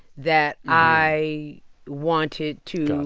that i wanted to. and